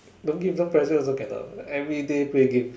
don't give them pressure also cannot everyday play games